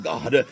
God